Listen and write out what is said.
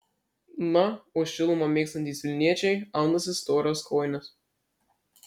na o šilumą mėgstantys vilniečiai aunasi storas kojines